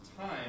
time